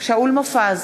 שאול מופז,